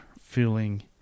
feeling